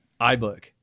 iBook